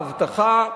אבטחה,